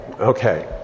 Okay